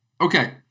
okay